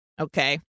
Okay